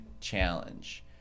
challenge